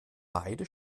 beide